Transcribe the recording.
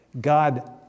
God